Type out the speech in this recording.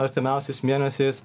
artimiausiais mėnesiais